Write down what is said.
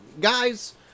Guys